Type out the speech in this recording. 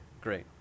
great